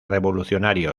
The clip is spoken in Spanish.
revolucionario